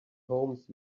homes